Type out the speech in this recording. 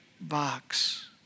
box